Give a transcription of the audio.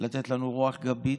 לתת לנו רוח גבית.